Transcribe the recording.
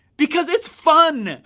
because it's fun.